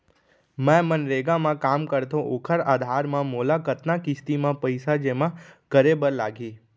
मैं मनरेगा म काम करथो, ओखर आधार म मोला कतना किस्ती म पइसा जेमा करे बर लागही?